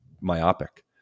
myopic